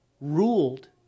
ruled